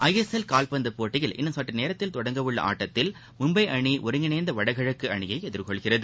ISL காவ்பந்து போட்டியில் இன்னும் சற்று நேரத்தில் தொடங்கவுள்ள ஆட்டத்தில் மும்பை அணி ஒருங்கிணைந்த வடகிழக்கு அணியை எதிர்கொள்கிறது